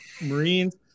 Marines